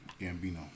Gambino